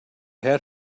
had